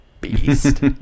beast